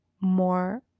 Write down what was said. more